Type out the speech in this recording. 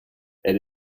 elle